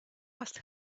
must